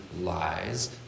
lies